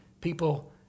people